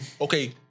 okay